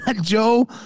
Joe